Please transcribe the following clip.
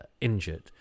injured